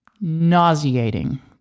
nauseating